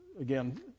Again